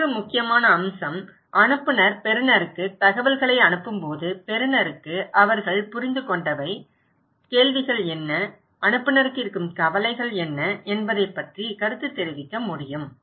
மற்றொரு முக்கியமான அம்சம் அனுப்புநர் பெறுநருக்கு தகவல்களை அனுப்பும்போது பெறுநருக்கு அவர்கள் புரிந்துகொண்டவை கேள்விகள் என்ன அனுப்புநருக்கு இருக்கும் கவலைகள் என்ன என்பதைப் பற்றி கருத்துத் தெரிவிக்க முடியும்